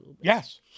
Yes